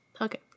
Okay